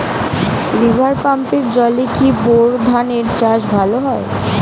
River পাম্পের জলে কি বোর ধানের চাষ ভালো হয়?